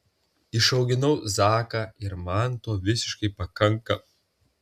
išauginau zaką ir man to visiškai pakanka